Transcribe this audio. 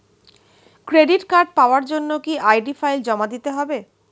Credit card পাওয়ার জন্য কি আই.ডি ফাইল জমা দিতে হবে?